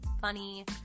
funny